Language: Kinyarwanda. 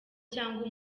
cyangwa